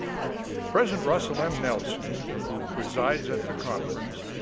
president russell m. nelson, who presides at the conference,